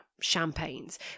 champagnes